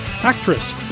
actress